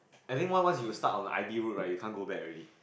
I think once once you start on the I_B route right you can't go back already